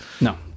no